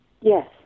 Yes